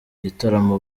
gitaramo